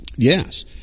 Yes